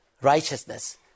righteousness